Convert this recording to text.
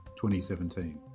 2017